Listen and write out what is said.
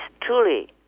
truly